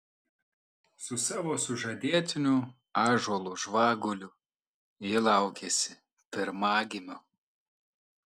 su savo sužadėtiniu ąžuolu žvaguliu ji laukiasi pirmagimio